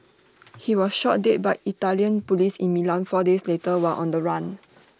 he was shot dead by Italian Police in Milan four days later while on the run